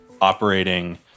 operating